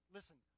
Listen